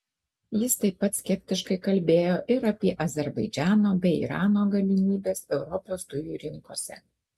jis taip pat skeptiškai kalbėjo ir apie azerbaidžano bei irano galimybes europos dujų rinkose